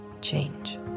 change